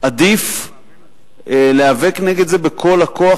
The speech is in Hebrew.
עדיף להיאבק נגד זה בכל הכוח,